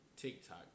TikTok